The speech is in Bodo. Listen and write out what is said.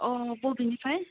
अ बबेनिफ्राय